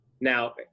now